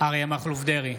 אריה מכלוף דרעי,